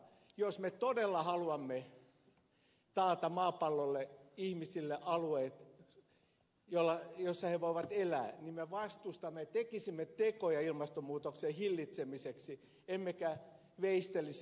jos me todella haluamme taata maapallolla ihmisille alueet joilla he voivat elää niin me tekisimme tekoja ilmastonmuutoksen hillitsemiseksi emmekä veistelisi